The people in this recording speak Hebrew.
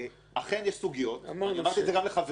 אכן יש סוגיות אמרתי את זה גם לחברי וגם